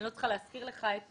אני לא צריכה להזכיר לך את